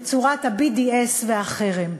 בצורת ה-BDS והחרם.